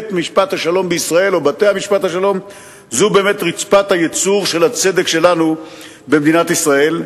בתי-משפט השלום בישראל הם באמת רצפת הייצור של הצדק שלנו במדינת ישראל,